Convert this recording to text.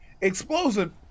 explosive